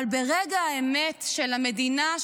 אבל ברגע האמת של המדינה,